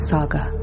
Saga